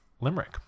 Limerick